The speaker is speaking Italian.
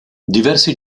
diversi